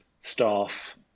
staff